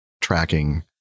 tracking